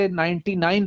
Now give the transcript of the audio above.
99%